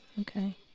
Okay